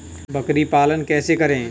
बकरी पालन कैसे करें?